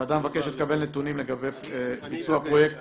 הוועדה מבקשת לקבל נתונים לגבי ביצוע פרויקט